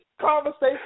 conversation